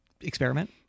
experiment